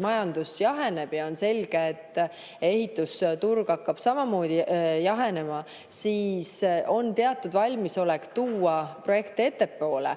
majandus jaheneb ja on selge, et ehitusturg hakkab samamoodi jahenema, siis on teatud valmisolek tuua projekte ettepoole,